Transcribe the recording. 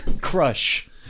Crush